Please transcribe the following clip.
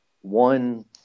one